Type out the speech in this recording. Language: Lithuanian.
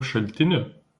šaltinių